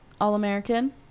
All-American